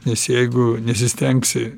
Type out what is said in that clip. nes jeigu nesistengsi